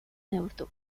neurtu